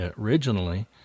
originally